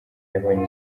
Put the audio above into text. yabonye